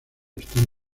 están